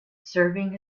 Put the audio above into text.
serving